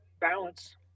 balance